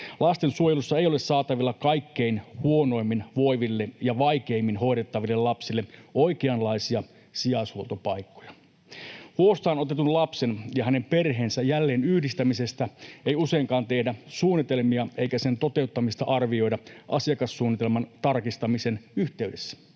Lastensuojelussa ei ole saatavilla kaikkein huonoimmin voiville ja vaikeimmin hoidettaville lapsille oikeanlaisia sijaishuoltopaikkoja. Huostaanotetun lapsen ja hänen perheensä jälleenyhdistämisestä ei useinkaan tehdä suunnitelmia, eikä sen toteuttamista arvioida asiakassuunnitelman tarkistamisen yhteydessä.